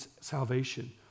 salvation